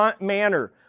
manner